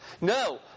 No